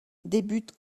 débute